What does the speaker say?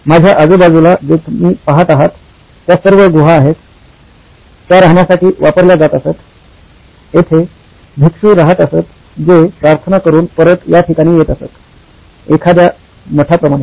माझ्या आजूबाजूला जे तुम्ही पाहत आहात त्या सर्व गुहा आहेत त्या राहण्यासाठी वापरल्या जात असत येथे भिक्षू राहत असत जे प्रार्थना करून परत या ठिकाणी येत असत एखाद्या मठाप्रमाणे